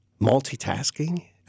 multitasking